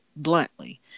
bluntly